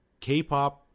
K-pop